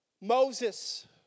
Moses